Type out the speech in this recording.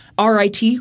RIT